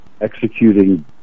executing